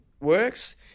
works